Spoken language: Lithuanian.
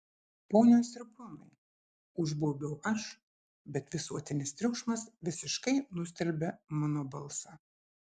ponios ir ponai užbaubiau aš bet visuotinis triukšmas visiškai nustelbė mano balsą